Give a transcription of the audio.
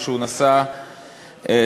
או שהוא נסע לחוץ-לארץ.